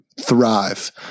thrive